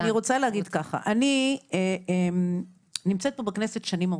אני רוצה להגיד כך: אני נמצאת בכנסת שנים ארוכות.